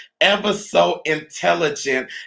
ever-so-intelligent